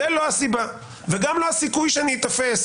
זו לא הסיבה, גם לא הסיכוי שאני אתפס.